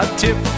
Tip